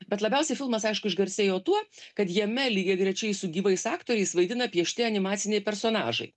bet labiausiai filmas aišku išgarsėjo tuo kad jame lygiagrečiai su gyvais aktoriais vaidina piešti animaciniai personažai